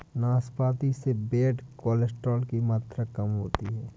नाशपाती से bad cholesterol की मात्रा कम होती है